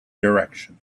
direction